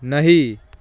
नहि